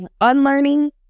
unlearning